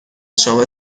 شما